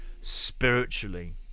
spiritually